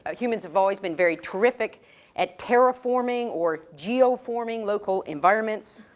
ah humans have always been very terrific at terraforming or geoforming local environments.